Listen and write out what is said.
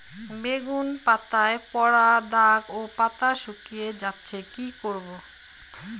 বেগুন পাতায় পড়া দাগ ও পাতা শুকিয়ে যাচ্ছে কি করব?